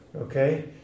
Okay